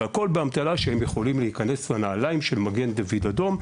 והכול באמתלה שהם יכולים להיכנס לנעליים של מגן דוד אדום,